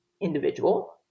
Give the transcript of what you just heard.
individual